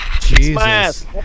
Jesus